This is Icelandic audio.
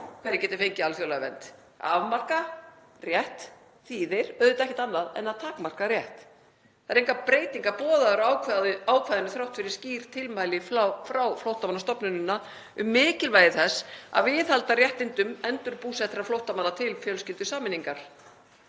hverjir geti fengið alþjóðlega vernd. Að afmarka rétt þýðir auðvitað ekkert annað en að takmarka rétt. Það eru engar breytingar boðaðar á ákvæðinu þrátt fyrir skýr tilmæli frá Flóttamannastofnuninni um mikilvægi þess að viðhalda réttindum endurbúsettra flóttamanna til fjölskyldusameiningar.